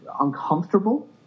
uncomfortable